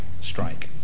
strike